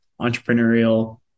entrepreneurial